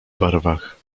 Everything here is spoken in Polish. barwach